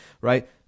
Right